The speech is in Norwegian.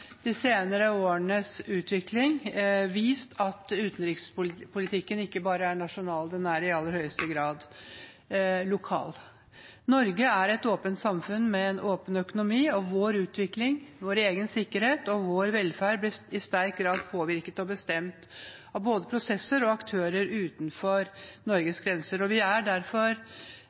de senere årenes utvikling vist at utenrikspolitikken ikke er bare nasjonal, den er i aller høyeste grad lokal. Norge er et åpent samfunn med en åpen økonomi, og vår utvikling, vår egen sikkerhet og vår velferd blir i sterk grad påvirket og bestemt av både prosesser og aktører utenfor Norges grenser. Vi er derfor